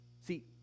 See